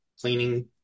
cleaning